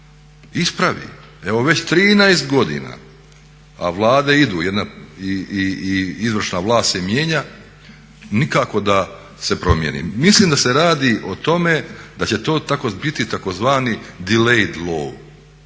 ispravi, evo već 13 godina, a Vlade idu i izvršna vlast se mijenja nikako da se promijeni. Mislim da se radi o tome da će to tako biti tzv. dileid low,